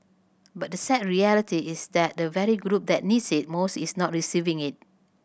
but the sad reality is that the very group that needs it most is not receiving it